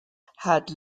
had